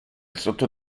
sotto